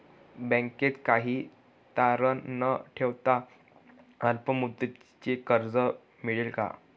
बँकेत काही तारण न ठेवता अल्प मुदतीचे कर्ज मिळेल का?